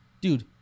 dude